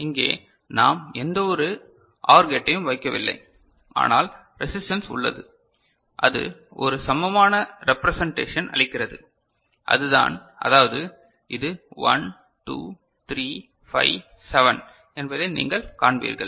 இங்கே நாம் எந்தவொரு OR கேட்டையும் வைக்கவில்லை ஆனால் ரெசிஸ்டன்ஸ் உள்ளது அது ஒரு சமமான ரெபிரசெண்டேஷன் அளிக்கிறது அதுதான் அதாவது இது 1 2 3 5 7 என்பதை நீங்கள் காண்பீர்கள்